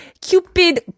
Cupid